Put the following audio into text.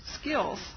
skills